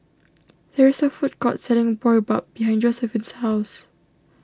there is a food court selling Boribap behind Josiephine's house